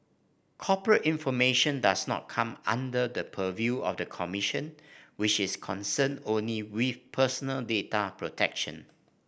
corporate information does not come under the purview of the commission which is concerned only with personal data protection